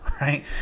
right